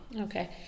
Okay